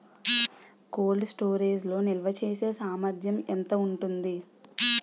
Cold storage లో నిల్వచేసేసామర్థ్యం ఎంత ఉంటుంది?